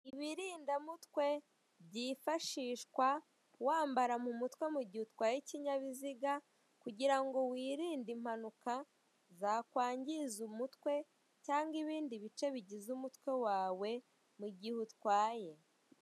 Ibirindamutwe byifashishwa wambara mu mutwe mu gihe utwaye ikinyabiziga kugirango wirinde impanuka zakwangiza umutwe cyangwa ibindi bice bigize umutwe wawe mu gihe utwaye.